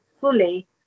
fully